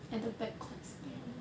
at the back quite scary